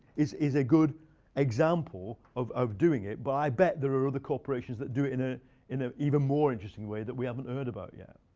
is is a good example of of doing it. but i bet there are other corporations that do it in an even more interesting way that we haven't heard about yet.